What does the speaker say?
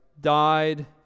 died